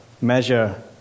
measure